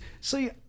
See